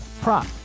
prop